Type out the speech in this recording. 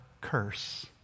curse